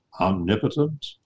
omnipotent